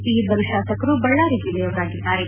ಈ ಇಬ್ಲರೂ ಶಾಸಕರು ಬಳ್ಳಾರಿ ಜೆಲ್ಲೆಯವರಾಗಿದ್ದಾರೆ